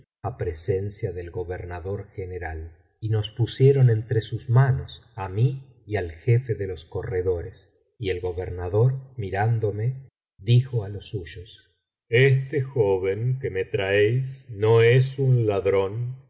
á presencia del gobernador general y nos pusieron entre sus manos á mí y al jefe de los corredores y el gobernador mirándome dijo álos suyos este joven que me traéis no es un ladrón